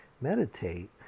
meditate